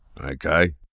okay